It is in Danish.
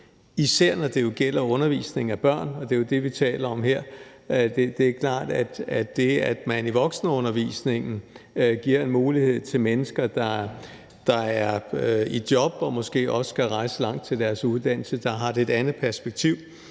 især når det gælder undervisningen af børn, og det er jo det, vi taler om her. Det er klart, at når man i voksenundervisningen giver den mulighed til mennesker, der er i job og måske også skal rejse langt til deres uddannelse, så har det et andet perspektiv,